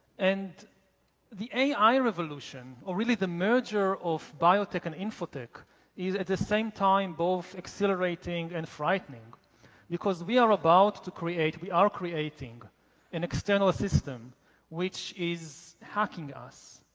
and the ai revolution or really the merger of biotech and infotech is at the same time both exhilarating and frightening because we are about to create, we are creating an external system which is hacking us,